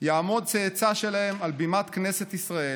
יעמוד צאצא שלהם על בימת כנסת ישראל,